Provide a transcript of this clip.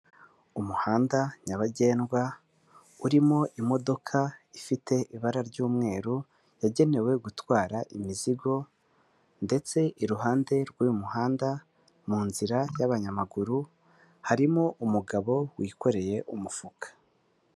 Umuhanda nyabagendwa, urimo imodoka ifite ibara ry'umweru yagenewe gutwara imizigo, ndetse iruhande rw'uyu muhanda mu nzira y'abanyamaguru harimo umugabo wikoreye umufuka.